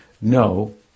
no